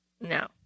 No